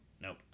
Nope